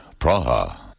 Praha